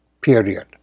Period